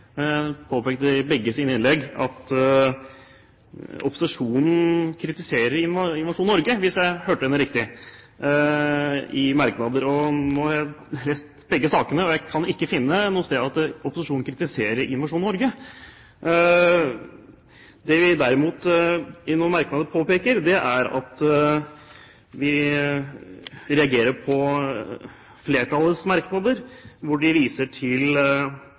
påpekte i begge sine innlegg at opposisjonen kritiserer Innovasjon Norge i merknader, hvis jeg hørte henne riktig. Nå har jeg lest begge sakene, og jeg kan ikke finne noe sted at opposisjonen kritiserer Innovasjon Norge. Det vi derimot i noen merknader påpeker, er at vi reagerer på flertallets merknader, hvor de viser til